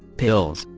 pills,